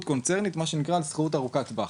קונצרנית מה שנקרא "שכירות ארוכת טווח".